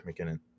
McKinnon